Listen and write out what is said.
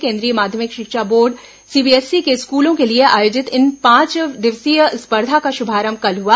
केंद्रीय माध्यमिक शिक्षा बोर्ड सीबीएसई के स्कूलों के लिए आयोजित इस पांच दिवसीय स्पर्धा का शुभारंभ कल हुआ